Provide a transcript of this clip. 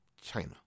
China